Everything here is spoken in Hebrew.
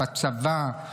בצבא,